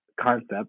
concept